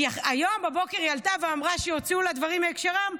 היום בבוקר היא עלתה ואמרה שהוציאו לה דברים מהקשרם.